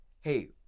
hey